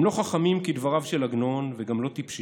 הם לא חכמים, כדבריו של עגנון, וגם לא טיפשים.